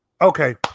Okay